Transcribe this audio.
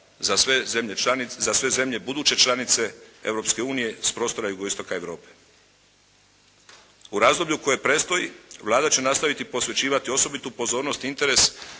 za sve zemlje buduće članice Europske unije s prostora jugoistoka Europe. U razdoblju koje predstoji Vlada će nastaviti posvećivati osobitu pozornost i interes